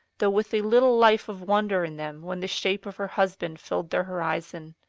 though with a little life of wonder in them when the shape of her husband filled their horizon.